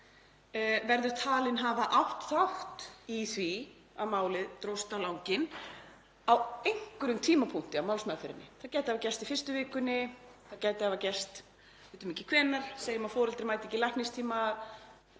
verður talinn hafa átt þátt í því að málið dróst á langinn á einhverjum tímapunkti í málsmeðferðinni — það gæti hafa gerst í fyrstu vikunni, við vitum ekki hvenær, segjum að foreldrar mæti ekki í læknistíma